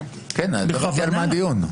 כן, על מה הדיון?